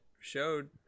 showed